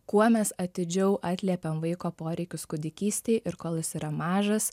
kuo mes atidžiau atliepiam vaiko poreikius kūdikystėj ir kol jis yra mažas